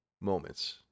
moments